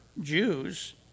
Jews